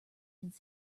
since